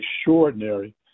extraordinary